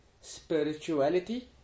spirituality